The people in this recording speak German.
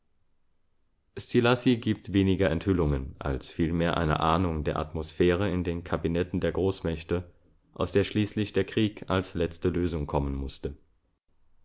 szilassy gibt weniger enthüllungen als vielmehr eine ahnung der atmosphäre in den kabinetten der großmächte aus der schließlich der krieg als letzte lösung kommen mußte